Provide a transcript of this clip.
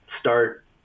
start